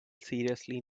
seriously